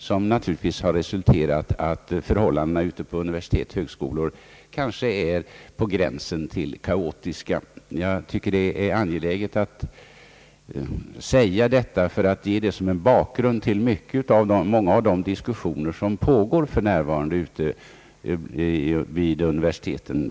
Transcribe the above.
Detta har naturligtvis resulterat i att förhållandena vid universitet och högskolor kanske är på gränsen till kaos. Jag tycker det är angeläget att framhålla detta, ty det ger liksom bakgrunden till många av de diskussioner som för närvarande pågår, framför allt vid universiteten.